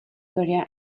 korea